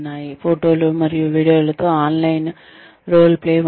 ఫోటోలు మరియు వీడియోలతో ఆన్లైన్ రోల్ ప్లే ఉండవచ్చు